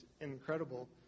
incredible